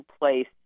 place